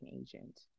agent